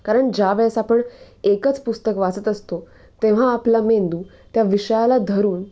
कारण ज्या वेळेस आपण एकच पुस्तक वाचत असतो तेव्हा आपला मेंदू त्या विषयाला धरून